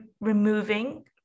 removing